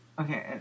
okay